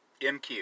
MQ